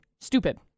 stupid